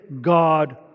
God